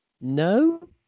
No